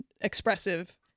expressive